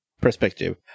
perspective